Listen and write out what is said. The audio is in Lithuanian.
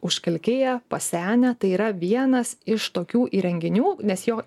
užkalkėję pasenę tai yra vienas iš tokių įrenginių nes jo